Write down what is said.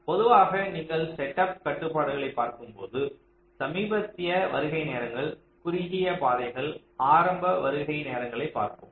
பொதுவாக நீங்கள் செட்டப் கட்டுப்பாடுகளைப் பார்க்கும்போது சமீபத்திய வருகை நேரங்கள் குறுகிய பாதைகள் ஆரம்ப வருகை நேரங்களைப் பார்ப்போம்